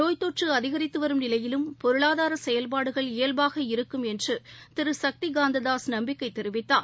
நோய் தொற்றுஅதிகித்துவரும் நிலையிலும் பொருளாதாரசெயல்பாடுகள் இயல்பாக இருக்கும் என்றுதிருசக்திகாந்ததாஸ் நம்பிக்கைதெரிவித்தார்